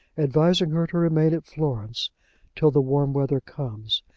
advising her to remain at florence till the warm weather comes,